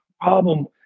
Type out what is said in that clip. problem